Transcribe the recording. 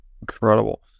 Incredible